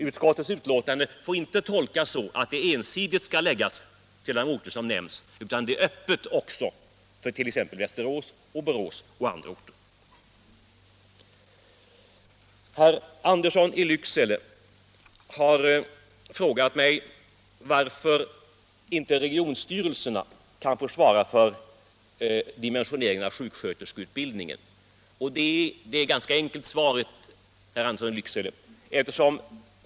Utskottsbetänkandet får inte tolkas så att utbildningen ensidigt skall förläggas till de orter som nämns, utan det är öppet också för Västerås och Borås och anda orter. Herr Andersson i Lycksele har frågat mig varför inte regionstyrelserna kan få svara för dimensioneringen av sjuksköterskeutbildningen. Svaret är ganska enkelt, herr Andersson.